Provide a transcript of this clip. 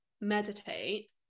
meditate